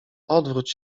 odwróć